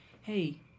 hey